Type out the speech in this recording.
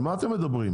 על מה אתם מדברים?